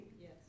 Yes